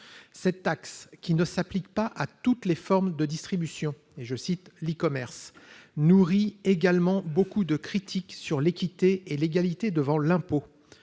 Cette taxe, qui ne s'applique pas à toutes les formes de distribution- je pense à l'e-commerce -nourrit également de nombreuses critiques sur l'équité et l'égalité devant l'impôt.